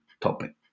topic